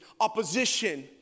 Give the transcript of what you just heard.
opposition